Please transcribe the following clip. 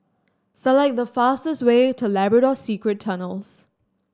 select the fastest way to Labrador Secret Tunnels